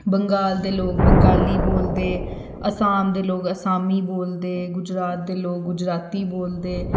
बंगाल दे लोक बंगाली बोलदे असाम दे लोक असामी बोलदे गुजरात दे लोक गुजराती बोलदे